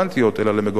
אלא למגוחכות